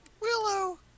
Willow